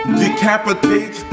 decapitate